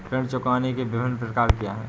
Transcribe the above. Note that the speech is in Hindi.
ऋण चुकाने के विभिन्न प्रकार क्या हैं?